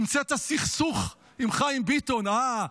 המצאת סכסוך עם חיים ביטון אה,